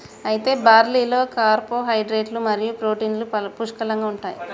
అయితే బార్లీలో కార్పోహైడ్రేట్లు మరియు ప్రోటీన్లు పుష్కలంగా ఉంటాయి